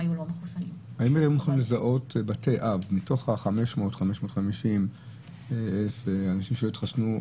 האם ניתן לזהות בתי אב מתוך ה-550-500 אלף אנשים שלא התחסנו?